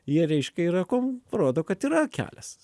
jie reiškia yra cum rodo kad yra kelias